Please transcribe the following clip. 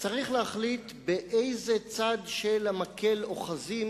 צריך להחליט באיזה צד של המקל אוחזים